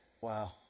Wow